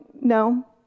No